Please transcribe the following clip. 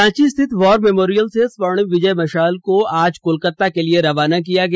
रांची स्थित war memorial से स्वर्णिम विजय मशाल को आज कोलकाता के लिए रवाना किया गया